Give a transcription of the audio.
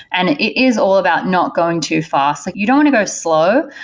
and it is all about not going too fast. like you don't ever slow,